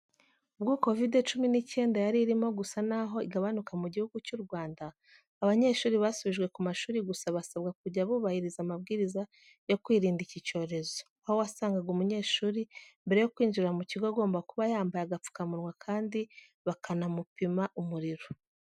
Ubwo kovide cyumi n'icyenda yari irimo gusa n'aho igabanuka mu gihugu cy'u Rwanda, abanyeshuri basubijwe ku mashuri gusa basabwa kujya bubahiriza amabwiriza yo kwirinda iki cyorezo, aho wasangaga umunyeshuri mbere yo kwinjira mu kigo agomba kuba yambaye agapfukamunwa kandi bakanamupima umuriro.